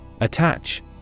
Attach